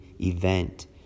event